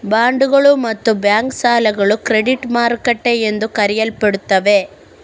ಬಾಂಡುಗಳು ಮತ್ತು ಬ್ಯಾಂಕ್ ಸಾಲಗಳು ಕ್ರೆಡಿಟ್ ಮಾರುಕಟ್ಟೆ ಎಂದು ಕರೆಯಲ್ಪಡುತ್ತವೆ